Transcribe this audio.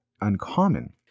uncommon